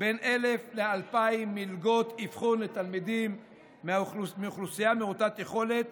בין 1,000 ל-2,000 מלגות אבחון לתלמידים מאוכלוסייה מעוטת יכולת